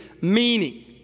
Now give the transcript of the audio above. meaning